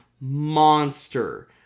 monster